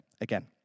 again